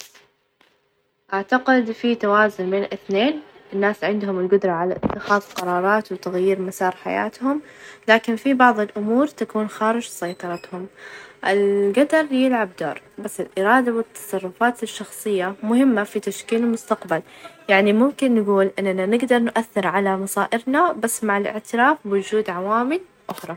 أكبر مشكلة تواجه العالم اليوم هي التغير المناخي ، التأثيرات اللي يصير فيها مثل إرتفاع درجة الحرارة ، والكوارث الطبيعية تهدد الحياة على كوكبنا، يعني لازم نتحرك بسرعة عشان نواجه هالتحديات، ونحافظ على البيئة للأجيال القادمة.